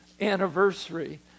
anniversary